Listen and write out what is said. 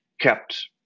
kept